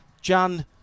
Jan